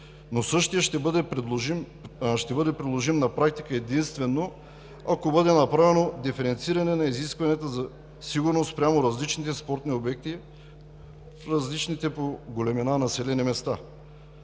но същият ще бъде приложим на практика, единствено ако бъде направено диференциране на изискванията за сигурност спрямо различните спортни обекти, в различните по големина населени места.